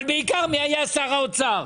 אבל בעיקר מי היה שר האוצר.